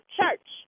church